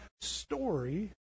story